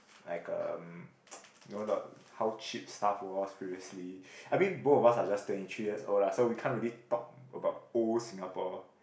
like um you know the how cheap stuff was previously I mean both of us are just twenty three years old lah so we can't really talk about old Singapore